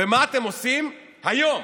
ומה אתם עושים היום?